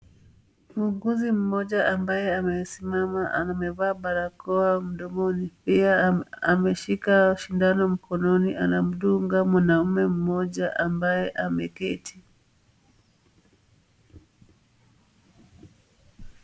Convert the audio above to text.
Muuguzi mmoja ambaye amesimama amevaa barakoa mdomoni, pia ameshika sindano mkononi anamdunga mwanamume mmoja ambaye ameketi.